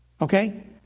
Okay